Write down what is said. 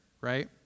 Right